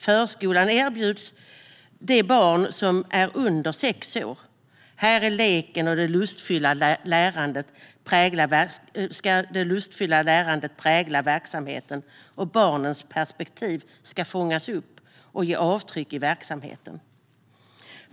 Förskolan erbjuds de barn som är under sex år. Här ska leken och det lustfyllda lärandet prägla verksamheten, och barnens perspektiv ska fångas upp och ge avtryck i verksamheten.